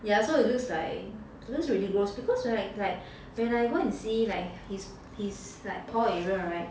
ya so it looks like it looks really gross because [right] like when I go and see like his his like paw area [right]